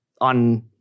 on